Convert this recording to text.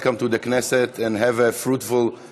Welcome to the Knesset and have a fruitful visit.